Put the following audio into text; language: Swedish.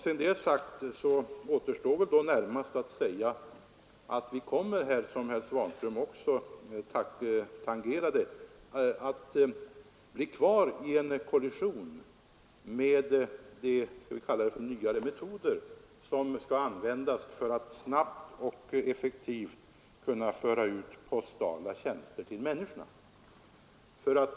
Sedan det är sagt återstår närmast att nämna att vi kommer — vilket herr Svanström också tangerade — att bli kvar i en kollision med de, skall vi kalla dem nyttigare, metoder som skall användas för att man snabbt och effektivt skall kunna föra ut postala tjänster till människorna.